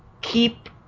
keep